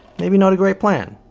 maybe not a great plan.